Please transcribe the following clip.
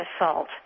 assault